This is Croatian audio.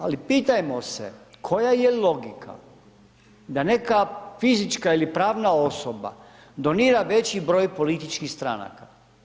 Ali pitajmo se koja je logika da neka fizička ili pravna osoba donira veći broj političkih stranaka.